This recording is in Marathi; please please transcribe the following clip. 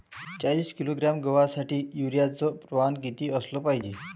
चाळीस किलोग्रॅम गवासाठी यूरिया च प्रमान किती असलं पायजे?